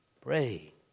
Pray